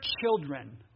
children